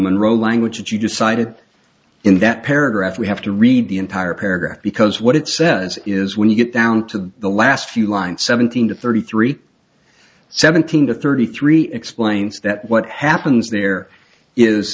monroe language that you just cited in that paragraph we have to read the entire paragraph because what it says is when you get down to the last few lines seventeen to thirty three seventeen to thirty three explains that what happens there is